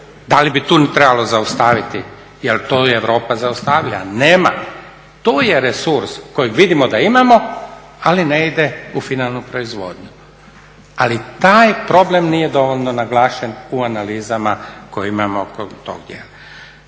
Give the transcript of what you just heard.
da li bi tu trebalo zaustaviti jer to Europa zaustavlja, nema. To je resurs kojeg vidimo da imamo, ali ne ide u finalnu proizvodnju, ali taj problem nije dovoljno naglašen u analizama koje imamo oko tog dijela.